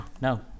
no